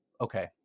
Okay